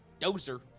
Dozer